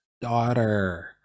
daughter